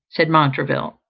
said montraville,